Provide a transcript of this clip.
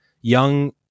young